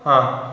हां